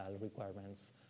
requirements